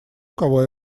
кого